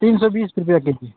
तीन सौ बीस रुपये के जी